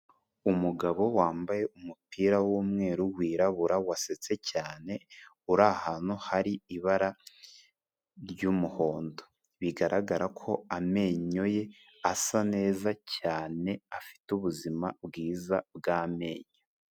Umugabo wambaye umupira w'umweru wirabura wasetse cyane, uri ahantu hari ibara ry'umuhondo, bigaragara ko amenyo ye asa neza cyane afite ubuzima bwiza bw'amenyo.